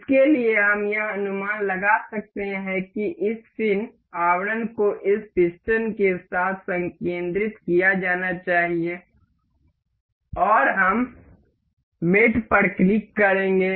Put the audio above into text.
इसके लिए हम यह अनुमान लगा सकते हैं कि इस फिन आवरण को इस पिस्टन के साथ संकेंद्रित किया जाना चाहिए और हम मेट पर क्लिक करेंगे